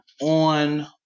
on